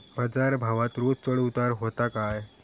बाजार भावात रोज चढउतार व्हता काय?